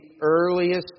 earliest